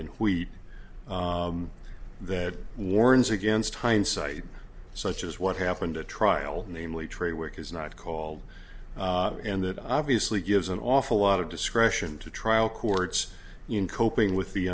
we that warns against hindsight such as what happened to trial namely tray work is not called and that obviously gives an awful lot of discretion to trial courts in coping with the